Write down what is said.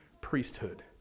priesthood